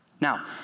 Now